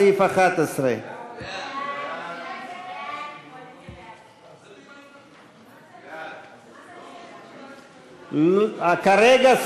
סעיף 11. כרגע,